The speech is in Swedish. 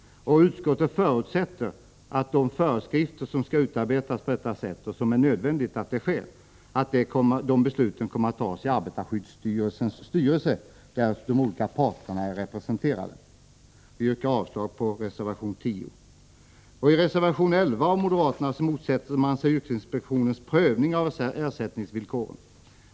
Utskottet förutsätter att besluten om de föreskrifter som skall utarbetas — och som är nödvändiga — fattas av arbetarskyddsstyrelsens styrelse, där de olika parterna är representerade. Jag yrkar avslag på reservation nr 10. I reservation nr 11 motsätter sig moderaterna att yrkesinspektionen ges rätt att pröva ersättningsvillkoren.